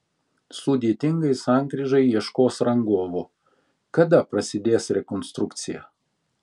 sudėtingai sankryžai ieškos rangovo kada prasidės rekonstrukcija